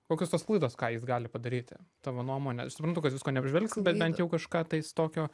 kokios tos klaidos ką jis gali padaryti tavo nuomone aš suprantu kad visko neapžvelgsim bet bent jau kažką tais tokio